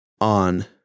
on